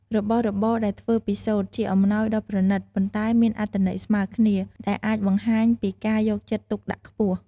របស់របរដែលធ្វើពីសូត្រ ជាអំណោយដ៏ប្រណិត ប៉ុន្តែមានអត្ថន័យស្មើគ្នា ដែលអាចបង្ហាញពីការយកចិត្តទុកដាក់ខ្ពស់។